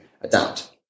adapt